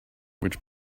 which